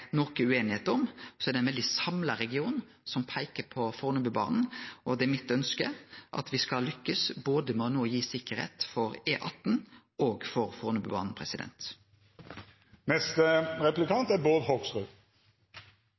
noko ueinigheit om, at det er ein veldig samla region som peiker på Fornebubanen. Det er mitt ønske at me skal lukkast med no å gi sikkerheit både for E18 og for Fornebubanen.